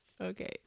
Okay